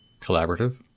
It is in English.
collaborative